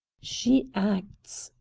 she acts,